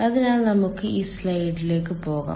അതിനാൽ നമുക്ക് ഈ സ്ലൈഡിലേക്ക് പോകാം